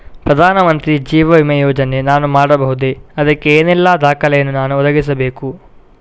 ಪ್ರಧಾನ ಮಂತ್ರಿ ಜೀವ ವಿಮೆ ಯೋಜನೆ ನಾನು ಮಾಡಬಹುದೇ, ಅದಕ್ಕೆ ಏನೆಲ್ಲ ದಾಖಲೆ ಯನ್ನು ನಾನು ಒದಗಿಸಬೇಕು?